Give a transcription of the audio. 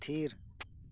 ᱛᱷᱤᱨ